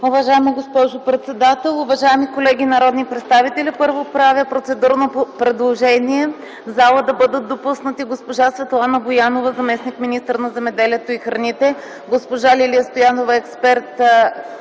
Уважаема госпожо председател, уважаеми колеги народни представители! Правя процедурно предложение: в залата да бъдат допуснати госпожа Светлана Боянова – заместник-министър на земеделието и храните, госпожа Лилия Стоянова – експерт